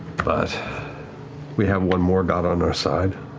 but we have one more god on our side.